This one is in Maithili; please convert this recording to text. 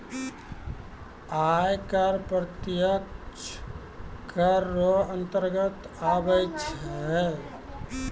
आय कर प्रत्यक्ष कर रो अंतर्गत आबै छै